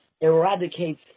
eradicates